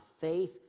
faith